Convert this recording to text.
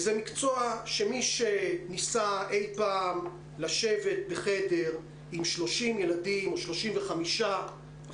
זה מקצוע שמי שניסה אי פעם לשבת בחדר עם 30 - 35 ילדים,